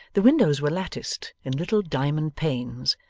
the windows were latticed in little diamond panes,